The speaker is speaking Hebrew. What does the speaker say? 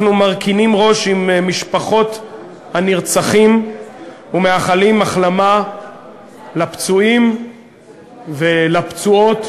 אנחנו מרכינים ראש עם משפחות הנרצחים ומאחלים החלמה לפצועים ולפצועות